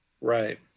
right